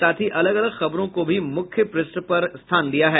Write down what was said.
साथ ही अलग अलग खबरों को भी मुख्य प्रष्ठ पर स्थान दिया है